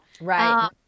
Right